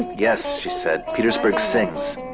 yes, she said, petersburg sings,